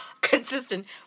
consistent